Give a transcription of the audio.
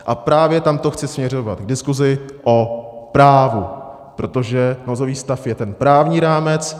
A právě tam to chci směřovat, diskuzi o právu, protože nouzový stav je ten právní rámec.